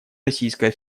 российская